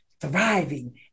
thriving